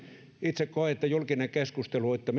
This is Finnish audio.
itse koen että julkisessa keskustelussa